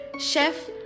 chef